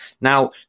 Now